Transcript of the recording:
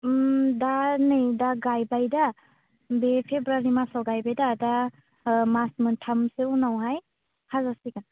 दा नै दा गायबाय दा बे फेब्रुवारि मासआव गायबाय दा दा मास मोनथामसो उनावहाय हाजासिगोन